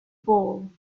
ball